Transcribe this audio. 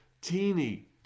teeny